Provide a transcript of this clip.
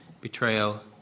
betrayal